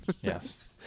Yes